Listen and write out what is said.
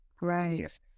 right